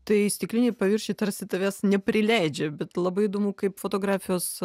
tai stikliniai paviršiai tarsi tavęs neprileidžia bet labai įdomu kaip fotografijos